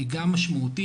גם משמעותית,